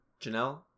janelle